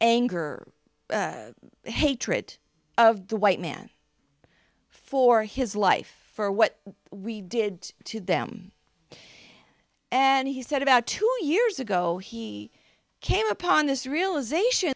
anger hatred of the white man for his life for what we did to them and he said about two years ago he came upon this realisation